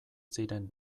ziren